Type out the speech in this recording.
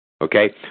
okay